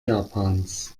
japans